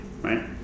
Right